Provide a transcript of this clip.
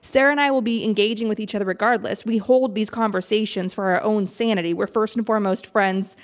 sarah and i will be engaging with each other, regardless. we hold these conversations for our own sanity. we're, first and foremost, friends